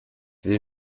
will